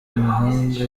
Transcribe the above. amahanga